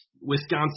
Wisconsin